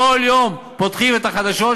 כל יום פותחים את החדשות,